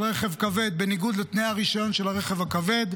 רכב כבד בניגוד לתנאי הרישיון של הרכב הכבד,